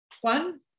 One